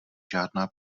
žádná